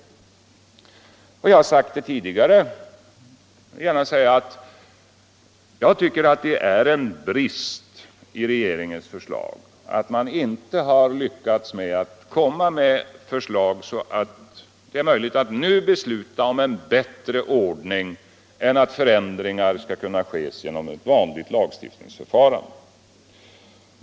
Jag har sagt det tidigare och säger det gärna igen: Jag tycker det är en brist i regeringens förslag att det inte nu är möjligt att besluta om en bättre 141 ordning än att förändringar skall kunna ske genom ett vanligt lagstiftningsförfarande.